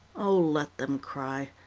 o, let them cry.